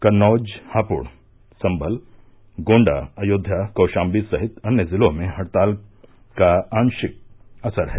कन्नौज हापुड़ संभल गोण्डा अयोध्या कौशाम्बी सहित अन्य ज़िलों में हड़ताल का आशिक असर है